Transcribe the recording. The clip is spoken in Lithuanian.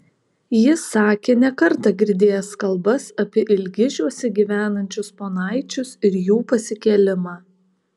jis sakė ne kartą girdėjęs kalbas apie ilgižiuose gyvenančius ponaičius ir jų pasikėlimą